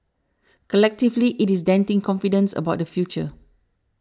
collectively it is denting confidence about the future